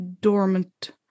dormant